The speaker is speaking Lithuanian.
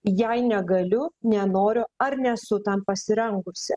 jei negaliu nenoriu ar nesu tam pasirengusi